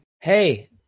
Hey